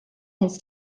his